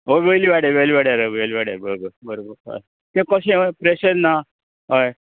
हय वयल्या वाड्यार वयल्या वाड्यार वयल्या वाड्यार हय हय बरें ते कशें प्रेशर ना हय